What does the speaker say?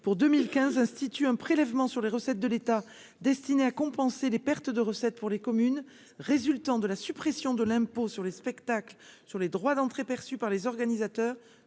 pour 2015 instituts un prélèvement sur les recettes de l'État, destinée à compenser les pertes de recettes pour les communes résultant de la suppression de l'impôt sur les spectacles, sur les droits d'entrée perçus par les organisateurs